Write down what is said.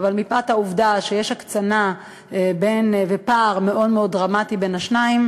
אבל מפאת העובדה שיש הקצנה ופער מאוד מאוד דרמטי בין השניים,